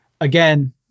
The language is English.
again